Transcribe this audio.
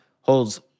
holds